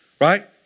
Right